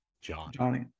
Johnny